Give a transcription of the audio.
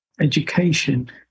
education